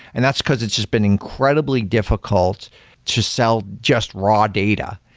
and that's because it's just been incredibly difficult to sell just raw data.